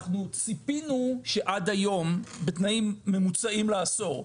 אנחנו ציפינו שעד היום, בתנאים ממוצעים לעשור,